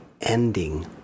ending